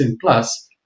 plus